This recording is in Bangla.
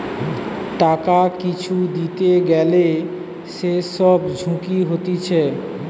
টাকা কিছু দিতে গ্যালে যে সব ঝুঁকি হতিছে